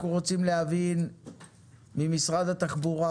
אנחנו רוצים להבין ממשרד התחבורה: